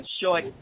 short